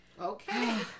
Okay